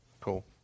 Cool